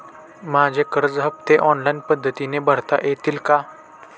माझे कर्ज हफ्ते ऑनलाईन पद्धतीने भरता येतील का?